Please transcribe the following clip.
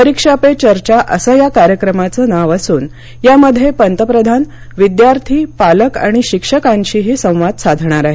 परीक्षा पे चर्चा असं या कार्यक्रमाचं नाव असून यामध्ये पंतप्रधान विद्यार्थी पालक आणि शिक्षकांशीही संवाद साधणार आहेत